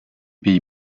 pays